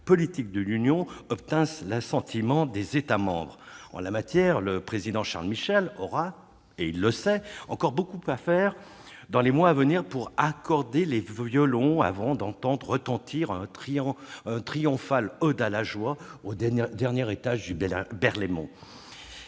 politiques de l'Union obtinssent l'assentiment des États membres. En la matière, le président Charles Michel aura, il le sait, encore beaucoup à faire dans les mois à venir pour accorder les violons avant d'entendre retentir une triomphale au dernier étage du Berlaymont